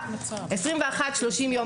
21 30 יום.